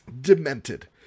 demented